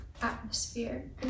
Atmosphere